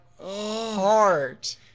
heart